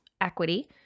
equity